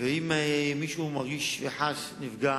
אם מישהו מרגיש וחש נפגע